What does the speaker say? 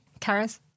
Karis